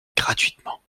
gratuitement